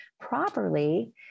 properly